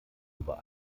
über